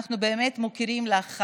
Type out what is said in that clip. אנחנו באמת מוקירים אותך,